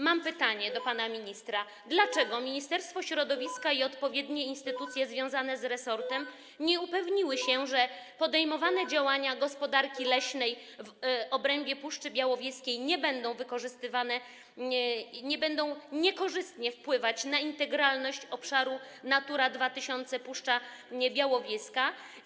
Mam pytanie do pana ministra: Dlaczego Ministerstwo Środowiska i odpowiednie instytucje związane z resortem nie upewniły się, że podejmowane działania dotyczące gospodarki leśnej w obrębie Puszczy Białowieskiej nie będą niekorzystnie wpływać na integralność obszaru Natura 2000 Puszcza Białowieska?